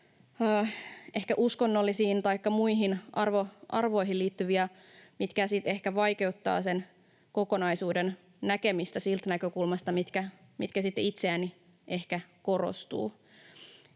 uskonnollisiin taikka muihin arvoihin liittyviä asioita, mitkä ehkä vaikeuttavat sen kokonaisuuden näkemistä siitä näkökulmasta, mikä sitten itselläni ehkä korostuu.